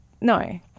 no